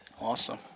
Awesome